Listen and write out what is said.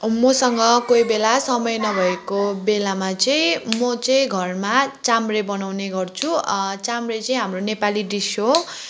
मसँग कोहीबेला समय नभएको बेलामा चाहिँ म चाहिँ घरमा चाम्रे बनाउँने गर्छु चाम्रे चाहिँ हाम्रो नेपाली डिस हो